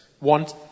want